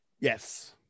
Yes